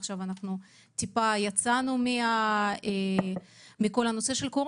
אמנם יצאנו מזה קצת,